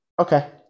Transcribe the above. Okay